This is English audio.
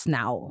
now